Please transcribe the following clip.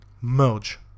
merge